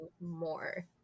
more